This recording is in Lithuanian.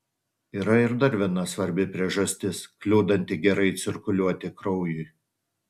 yra ir dar viena svarbi priežastis kliudanti gerai cirkuliuoti kraujui